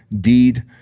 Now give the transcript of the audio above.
deed